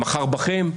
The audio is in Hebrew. מחר בכם.